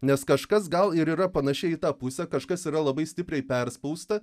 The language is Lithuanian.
nes kažkas gal ir yra panašiai į tą pusę kažkas yra labai stipriai perspausta